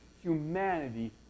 humanity